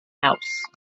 house